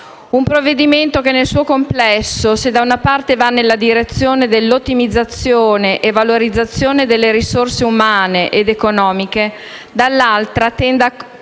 Un provvedimento che nel suo complesso se, da una parte, va nella direzione dell'ottimizzazione e valorizzazione delle risorse umane ed economiche, dall'altra tende a